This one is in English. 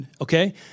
Okay